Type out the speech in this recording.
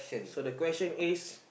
so the question is